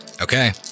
Okay